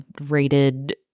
rated